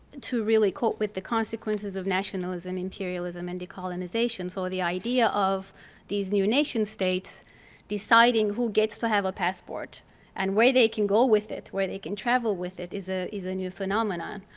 to really cope with the consequences of nationalism, imperialism and decolonization. so the idea of these new nation-states deciding who gets to have a passport and where they can go with it, where they can travel with it, is ah a new phenomenon.